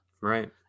Right